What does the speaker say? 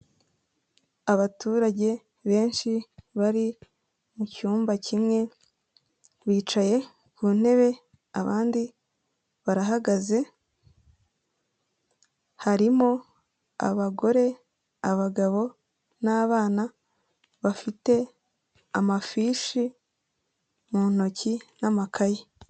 Abaturage benshi bari mu cyumba kimwe, bicaye ku ntebe abandi barahagaze, harimo abagore, abagabo n'abana, bafite amafishi mu ntoki n'amakaye.